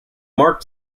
mort